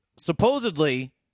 supposedly